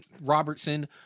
Robertson